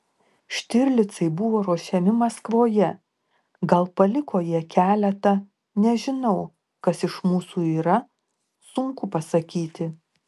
štirlicai buvo ruošiami maskvoje gal paliko jie keletą nežinau kas iš mūsų yra sunku pasakyti